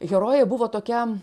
herojė buvo tokia